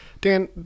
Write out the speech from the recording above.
dan